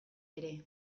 ere